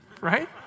right